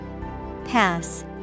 Pass